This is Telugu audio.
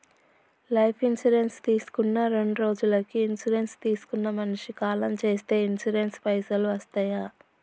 లైఫ్ ఇన్సూరెన్స్ తీసుకున్న రెండ్రోజులకి ఇన్సూరెన్స్ తీసుకున్న మనిషి కాలం చేస్తే ఇన్సూరెన్స్ పైసల్ వస్తయా?